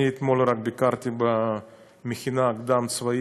אני רק אתמול ביקרתי במכינה קדם-צבאית,